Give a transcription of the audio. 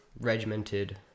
regimented